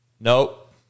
Nope